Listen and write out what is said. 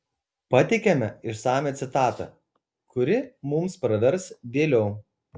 pateikiame išsamią citatą kuri mums pravers vėliau